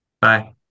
Bye